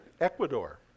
Ecuador